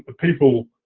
but people